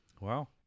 Wow